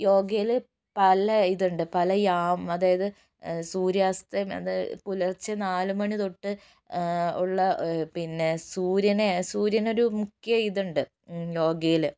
യോഗയില് പല ഇതുണ്ട് പല യാഗം അതായത് സൂര്യാസ്തമയം അതായത് പുലർച്ചെ നാല് മാണി തൊട്ട് ഉള്ള പിന്നെ സൂര്യനെ സൂര്യനൊരു മുഖ്യ ഇതുണ്ട് യോഗയില്